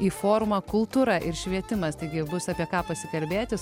į forumą kultūra ir švietimas taigi bus apie ką pasikalbėti